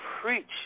preach